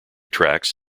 tracks